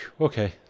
okay